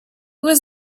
was